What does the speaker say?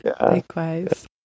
Likewise